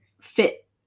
fit